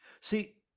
See